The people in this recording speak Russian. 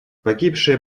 погибшие